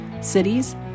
cities